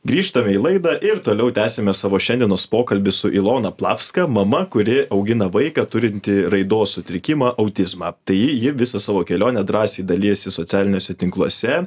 grįžtame į laidą ir toliau tęsiame savo šiandienos pokalbį su ilona plavska mama kuri augina vaiką turintį raidos sutrikimą autizmą tai ji ji visa savo kelione drąsiai dalijasi socialiniuose tinkluose